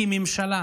כי ממשלה